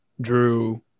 Drew